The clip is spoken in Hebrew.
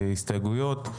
הסתייגויות.